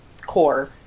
core